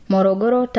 Morogoro